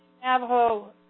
Navajo